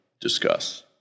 discuss